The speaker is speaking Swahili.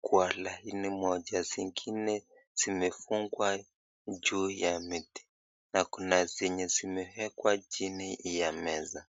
kwa laini moja zingine zimefungwa juu ya miti na kuna zenye zimeekwa chini ya meza.